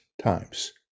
times